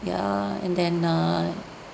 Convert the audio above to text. ya and then err